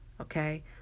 okay